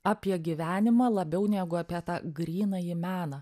apie gyvenimą labiau negu apie tą grynąjį meną